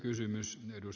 arvoisa puhemies